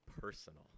personal